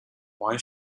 why